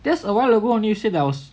just a while ago you say I was